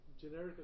Generic